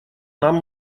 нам